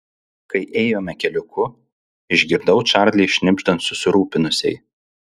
kai ėjome keliuku išgirdau čarlį šnibždant susirūpinusiai